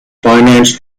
finance